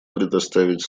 предоставить